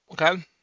Okay